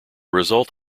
result